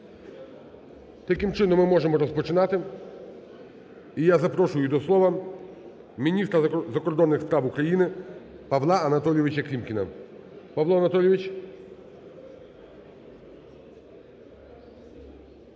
Таким чином ми можемо розпочинати. І я запрошую до слова міністра закордонних справ України Павла Анатолійовича Клімкіна. Павло Анатолійович.